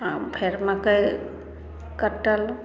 आ फेर मकइ कटल